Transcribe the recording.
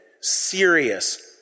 serious